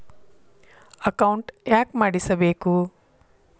Account ಯಾಕ್ ಮಾಡಿಸಬೇಕು?